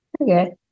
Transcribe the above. okay